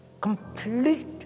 complete